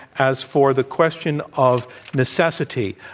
as for the question of necessity,